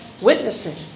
witnessing